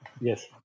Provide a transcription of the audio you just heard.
yes